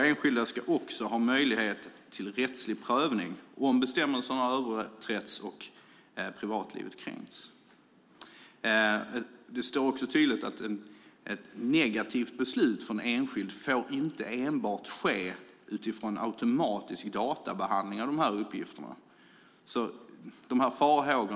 Enskilda ska också ha möjlighet till rättslig prövning om bestämmelserna har överträtts och privatlivet kränkts. Det står tydligt att ett negativt besked för en enskild inte enbart får ske utifrån en automatisk databehandling av uppgifterna.